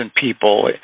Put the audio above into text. people